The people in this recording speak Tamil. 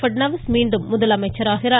பட்நாவிஸ் மீண்டும் முதலமைச்சர் ஆகிறார்